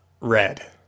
red